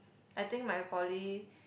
I think my poly